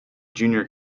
junior